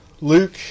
Luke